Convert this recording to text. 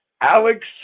Alex